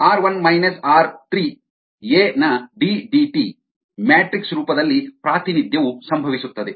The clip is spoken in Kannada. ಆರ್ 1 ಮೈನಸ್ ಆರ್ 3 ಎ ಯ ಡಿ ಡಿಟಿ ಮ್ಯಾಟ್ರಿಕ್ಸ್ ರೂಪದಲ್ಲಿ ಪ್ರಾತಿನಿಧ್ಯವು ಸಂಭವಿಸುತ್ತದೆ